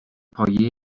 پایه